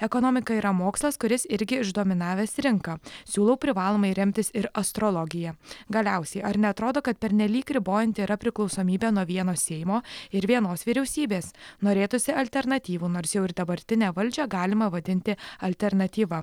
ekonomika yra mokslas kuris irgi uždominavęs rinką siūlau privalomai remtis ir astrologija galiausiai ar neatrodo kad pernelyg ribojanti yra priklausomybė nuo vieno seimo ir vienos vyriausybės norėtųsi alternatyvų nors jau ir dabartinę valdžią galima vadinti alternatyva